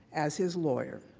as his lawyer.